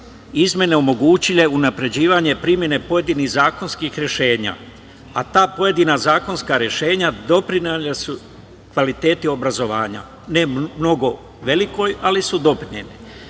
izmene omogućile unapređivanje primene pojedinih zakonskih rešenja. A ta pojedina zakonska rešenja doprinela su kvalitetu obrazovanja. Ne mnogo i veliko, ali su doprinela. Danas